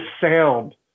sound